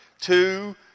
Two